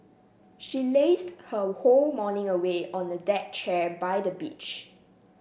she lazed her whole morning away on a deck chair by the beach